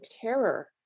terror